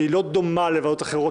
שהיא לא דומה לוועדות אחרות,